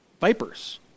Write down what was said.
Vipers